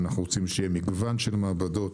אנחנו רוצים שיהיה מגוון של מעבדות